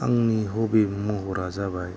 आंनि हबि महरा जाबाय